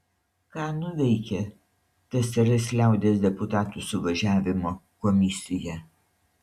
ką nuveikė tsrs liaudies deputatų suvažiavimo komisija